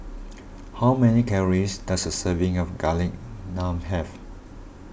how many calories does a serving of Garlic Naan have